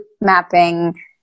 mapping